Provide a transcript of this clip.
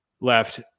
Left